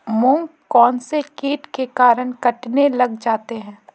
मूंग कौनसे कीट के कारण कटने लग जाते हैं?